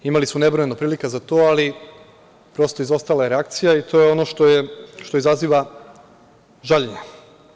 Imali su nebrojano prilika za to, ali prosto, izostala je reakcija i to je ono što izaziva žaljenje.